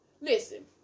Listen